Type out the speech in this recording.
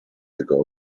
tego